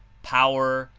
power,